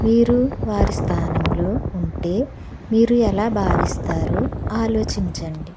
మీరు వారి స్థానంలో ఉంటే మీరు ఎలా భావిస్తారో ఆలోచించండి